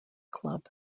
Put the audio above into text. club